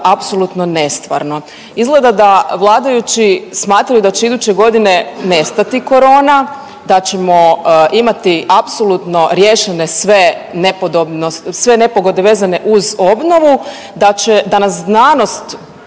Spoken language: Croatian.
apsolutno nestvarno. Izgleda da vladajući smatraju da će iduće godine nestati korona, da ćemo imati apsolutno riješene sve nepogode vezane uz obnovu, danas znanost